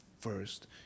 first